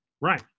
Right